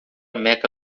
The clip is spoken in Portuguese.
meca